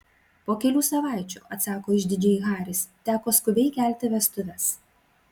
po kelių savaičių atsako išdidžiai haris teko skubiai kelti vestuves